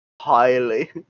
Highly